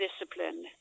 discipline